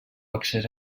accés